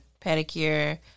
pedicure